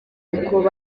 uko